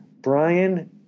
Brian